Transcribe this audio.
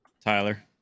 Tyler